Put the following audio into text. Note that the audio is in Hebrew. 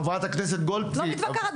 חברת הכנסת גוטליב --- אני לא מתווכחת,